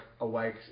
awake